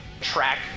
track